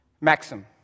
Maxim